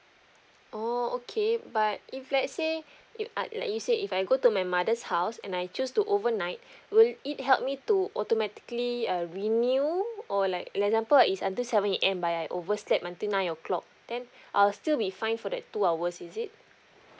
oh okay but if let's say if I like you say if I go to my mother's house and I choose to overnight will it help me to automatically uh renew or like example is until seven A_M but I overslept until nine o'clock then I'll still be fine for that two hours is it